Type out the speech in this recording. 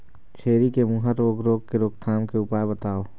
छेरी के मुहा रोग रोग के रोकथाम के उपाय बताव?